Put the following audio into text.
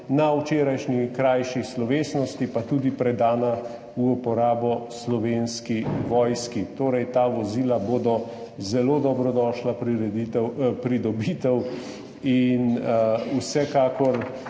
na včerajšnji krajši slovesnosti pa tudi predana v uporabo Slovenski vojski. Ta vozila bodo torej zelo dobrodošla pridobitev. Vsekakor